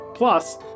Plus